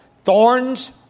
Thorns